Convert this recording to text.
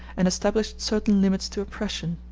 and established certain limits to oppression.